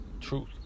truth